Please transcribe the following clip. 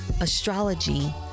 astrology